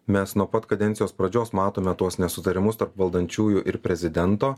mes nuo pat kadencijos pradžios matome tuos nesutarimus tarp valdančiųjų ir prezidento